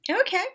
Okay